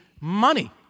money